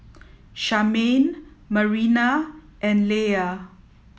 Charmaine Marina and Leia